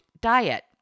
diet